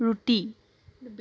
ৰুটি